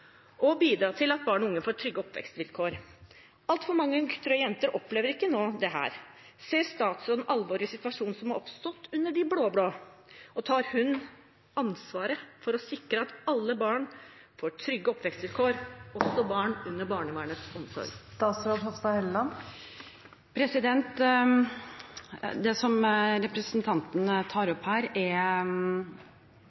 og å bidra til at barn og unge får trygge oppvekstvilkår. Altfor mange gutter og jenter opplever ikke det. Ser statsråden alvoret i situasjonen som har oppstått under de blå-blå? Tar hun ansvar for å sikre at alle barn får trygge oppvekstvilkår, også barn under barnevernets omsorg? Det representanten tar opp her, er alvorlige saker, og det